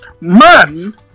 Man